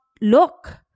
look